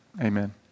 amen